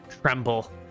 tremble